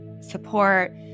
support